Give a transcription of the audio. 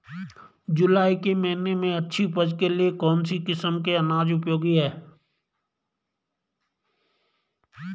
जुलाई के महीने में अच्छी उपज के लिए कौन सी किस्म के अनाज उपयोगी हैं?